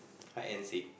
hide and seek